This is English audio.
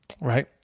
right